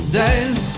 days